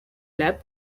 lab